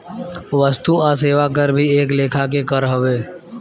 वस्तु आ सेवा कर भी एक लेखा के कर हवे